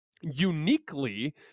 uniquely